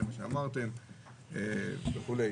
שאמרתם וכו'.